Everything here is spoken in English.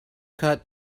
cut